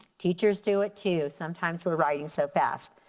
teachers do it too, sometimes we're writing so fast.